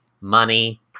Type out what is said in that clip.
money